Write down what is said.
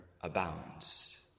abounds